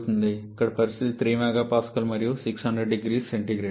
ఇక్కడ పరిస్థితి 3MPa మరియు 6000 C